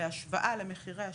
בהשוואה למחירי השוק,